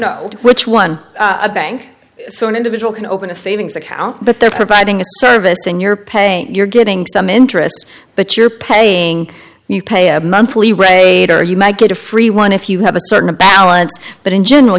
know which one a bank so an individual can open a savings account but they're providing a service in your pay you're getting some interest but you're paying and you pay a monthly radar you might get a free one if you have a certain balance but in general